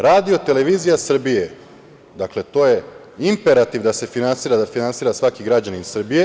Radio-televizija Srbije, dakle to je imperativ da se finansira, da finansira svaki građanin Srbije uz račun za struju.